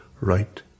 right